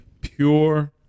pure